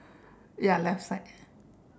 ya left side